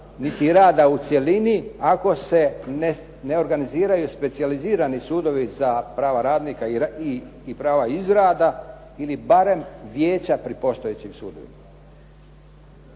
niti rada u cjelini ako se ne organiziraju specijalizirani sudovi za prava radnika i prava iz rada ili barem vijeća pri postojećim sudovima.